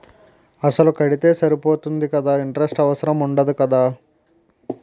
అసలు కడితే సరిపోతుంది కదా ఇంటరెస్ట్ అవసరం ఉండదు కదా?